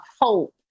hope